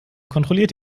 kontrolliert